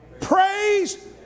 praise